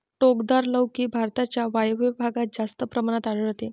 टोकदार लौकी भारताच्या वायव्य भागात जास्त प्रमाणात आढळते